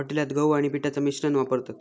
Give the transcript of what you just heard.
हॉटेलात गहू आणि पिठाचा मिश्रण वापरतत